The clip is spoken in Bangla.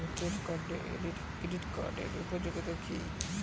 ক্রেডিট কার্ডের উপযোগিতা কি?